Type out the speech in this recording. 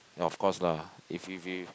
ya of course lah if if if